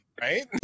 right